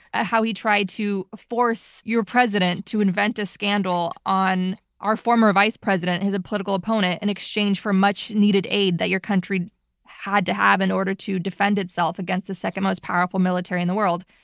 ah how he tried to force your president to invent a scandal on our former vice president, his a political opponent, in and exchange for much needed aid that your country had to have in order to defend itself against the second most powerful military in the world.